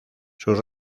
sus